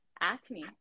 acne